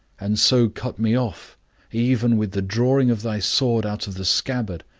and so cut me off even with the drawing of thy sword out of the scabbard,